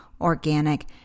organic